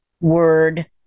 Word